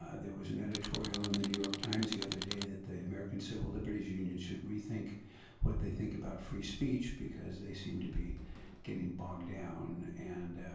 ah there was an editorial in the new york times the other day that the american civil liberties union should rethink what they think about free speech because they seem to be getting bogged down and